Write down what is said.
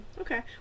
okay